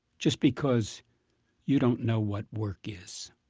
just because you don't know what work is